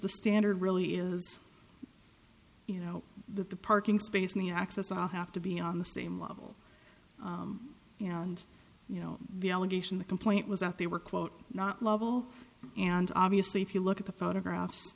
the standard really is you know the parking space and the access all have to be on the same level you know and you know the allegation the complaint was that they were quote not level and obviously if you look at the photographs